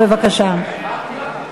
בבקשה.